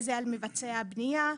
על מבצע הבנייה,